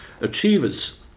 achievers